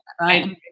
right